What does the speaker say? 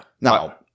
Now